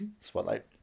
Spotlight